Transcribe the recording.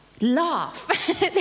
laugh